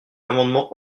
amendement